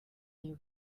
you